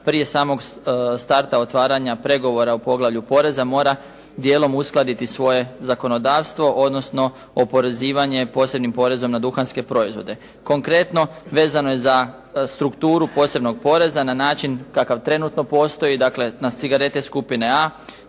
prije samog starta otvaranja pregovora o poglavlju poreza mora dijelom uskladiti svoje zakonodavstvo odnosno oporezivanje posebnim porezom na duhanske proizvode. Konkretno vezano je za strukturu posebnog poreza na način kakav trenutno postoji dakle na cigarete skupine A